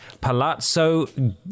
Palazzo